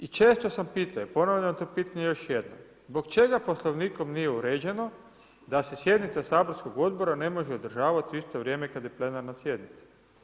I često sam pitao i ponavljam to pitanje još jednom, zbog čega Poslovnikom nije uređeno da se sjednica saborskog Odbora ne može održavati u isto vrijeme kad i plenarna sjednica?